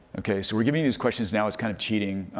okay, so we're giving you these questions now as kind of cheating,